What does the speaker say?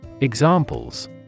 Examples